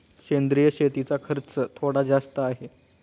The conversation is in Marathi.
सेंद्रिय शेतीचा खर्च थोडा जास्त आहे